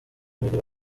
babiri